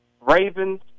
Ravens